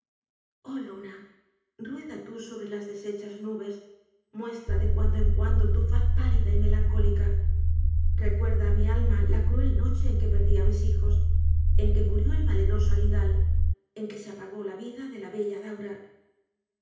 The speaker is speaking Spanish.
oh luna rueda tu sobre las deshechas nubes muestra de cuando en cuando tu faz pálida y melancólica recuerda á mi alma la cruel noche en que perdí á mis hijos en que murió el valeroso arindal en qne se apagó la vida de la bella daura